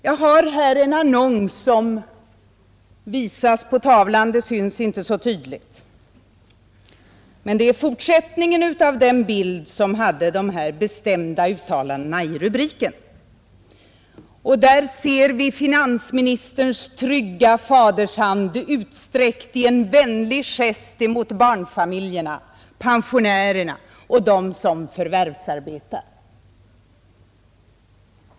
Jag har här en annons, som visas på TV-skärmen. Det syns inte så tydligt, men det är fortsättningen av den bild som hade det här bestämda uttalandet i rubriken. Där ser vi finansministerns trygga fadershand utsträckt i en vänlig gest mot barnfamiljerna, pensionärerna och dem som förvärvsarbetar.